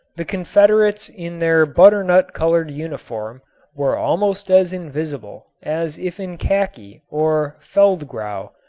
the confederates in their butternut-colored uniform were almost as invisible as if in khaki or feldgrau.